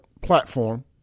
platform